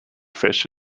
fish